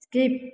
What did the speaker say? skip